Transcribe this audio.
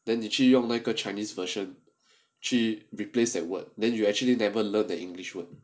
then 你去用那个 chinese version 去 replaced at work then you actually never learnt english word